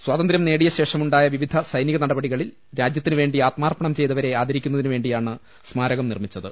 സ്വാതന്ത്ര്യം നേടിയ ശേഷം ഉണ്ടായ വിവിധ സൈനിക നടപടികളിൽ രാജ്യത്തിന് വേണ്ടി ആത്മാർപ്പണം ചെയ്തവരെ ആദരിക്കുന്നതിന് വേണ്ടി യാണ് സ്മാരകം നിർമിച്ചത്